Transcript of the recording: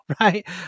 right